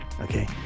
Okay